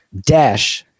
dash